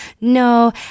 No